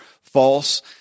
false